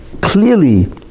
clearly